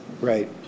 Right